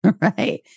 Right